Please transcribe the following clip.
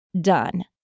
done